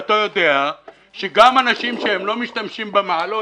אתה יודע שגם אנשים שלא משתמשים במעלון